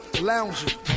Lounge